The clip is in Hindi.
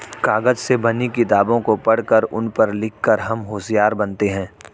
कागज से बनी किताबों को पढ़कर उन पर लिख कर हम होशियार बनते हैं